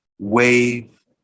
Wave